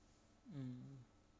mm